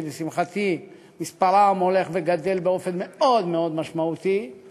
שלשמחתי מספרם הולך וגדל באופן מאוד מאוד משמעותי;